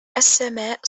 السماء